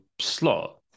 slot